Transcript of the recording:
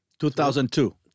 2002